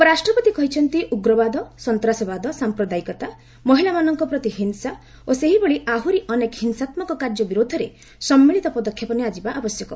ଉପରାଷ୍ଟ୍ରପତି କହିଛନ୍ତି ଉଗ୍ରବାଦ ସନ୍ତାସବାଦ ସାମ୍ପ୍ରଦାୟିକତା ମହିଳାମାନଙ୍କ ପ୍ରତି ହିଂସା ଓ ସେହିଭଳି ଆହୁରି ଅନେକ ହିଂସାତ୍କକ କାର୍ଯ୍ୟ ବିରୁଦ୍ଧରେ ସମ୍ମିଳିତ ପଦକ୍ଷେପ ନିଆଯିବା ଆବଶ୍ୟକ